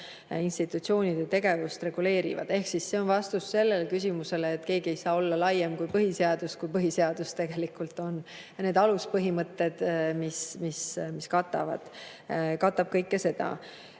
institutsioonide tegevust reguleerivad. Ehk siis see on vastus sellele küsimusele. Keegi ei saa olla laiem kui põhiseadus, kui põhiseadus tegelikult on, ja need aluspõhimõtted, mis katavad, katab kõike seda. Nüüd,